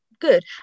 good